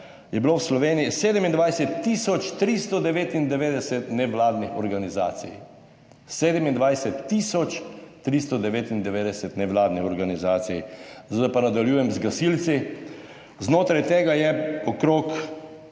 je bilo v Sloveniji 27 tisoč 399 nevladnih organizacij. 27 tisoč 399 nevladnih organizacij. Zdaj pa nadaljujem z gasilci. Znotraj tega je okrog